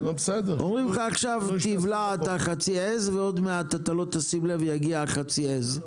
אומרים לך עכשיו תבלע את חצי העז ועוד מעט אתה לא תשים לב יגיע חצי העז.